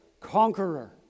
conqueror